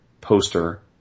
poster